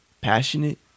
Passionate